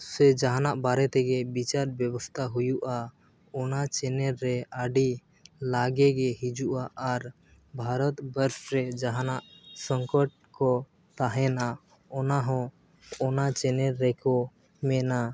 ᱥᱮ ᱡᱟᱦᱟᱱᱟᱜ ᱵᱟᱨᱮᱛᱮᱜᱮ ᱵᱤᱪᱟᱨ ᱵᱮᱵᱚᱥᱛᱟ ᱦᱩᱭᱩᱜᱼᱟ ᱚᱱᱟ ᱪᱮᱱᱮᱞᱨᱮ ᱟᱹᱰᱤ ᱞᱟᱜᱮᱜᱮ ᱦᱤᱡᱩᱜᱼᱟ ᱟᱨ ᱵᱷᱟᱨᱚᱛᱵᱚᱨᱥ ᱨᱮ ᱡᱟᱦᱟᱱᱟᱜ ᱥᱚᱝᱠᱚᱴ ᱠᱚ ᱛᱟᱦᱮᱱᱟ ᱚᱱᱟ ᱦᱚᱸ ᱚᱱᱟ ᱪᱮᱱᱮᱞ ᱨᱮᱠᱚ ᱢᱮᱱᱟ